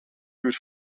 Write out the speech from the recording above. buurt